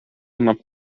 annab